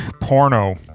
porno